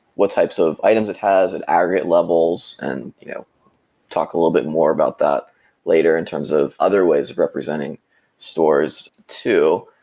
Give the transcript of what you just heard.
what types of items it has and aggregate levels and you know talk a little bit more about that later in terms of other ways of representing stores too.